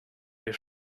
wer